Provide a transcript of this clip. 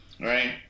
right